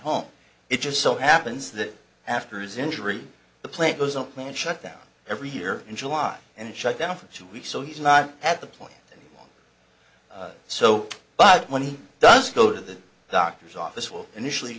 home it just so happens that after his injury the plant was open and shut down every year in july and shut down for two weeks so he's not at the point so but when he does go to the doctor's office well initially he